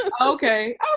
Okay